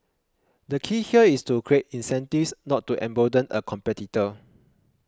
the key here is to create incentives not to embolden a competitor